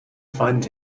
find